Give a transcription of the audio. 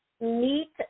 meet